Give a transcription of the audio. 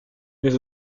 mais